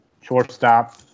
shortstop